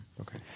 Okay